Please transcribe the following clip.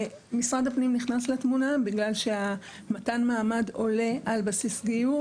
משרד הפנים נכנס לתמונה בגלל שמתן המעמד עולה על בסיס גיור,